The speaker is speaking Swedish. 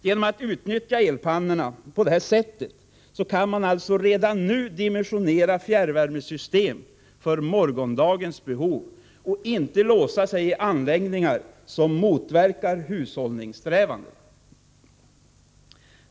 Genom att utnyttja elpannorna på det här sättet kan man alltså redan nu dimensionera fjärrvärmesystemen för morgondagens behov och behöver inte låsa sig i anläggningar som motverkar hushållningssträvandena.